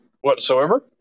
whatsoever